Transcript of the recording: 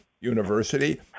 University